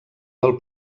del